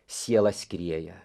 siela skrieja